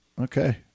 Okay